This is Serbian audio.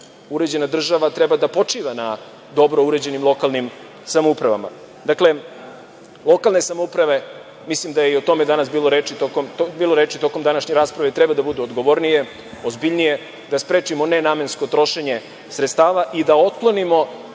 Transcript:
Uređena država treba da počiva na dobro urađenim lokalnim samoupravama. Dakle, lokalne samouprave, mislim da je i o tome danas bilo reči tokom današnje rasprave, i treba da budu odgovornije, ozbiljnije, da sprečimo ne namensko trošenje sredstava i da otklonimo